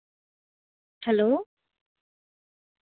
hello